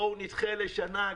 בואו נדמה לשנה,